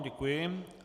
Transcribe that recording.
Děkuji.